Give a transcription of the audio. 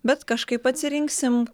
bet kažkaip atsirinksim